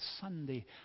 Sunday